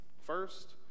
First